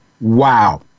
Wow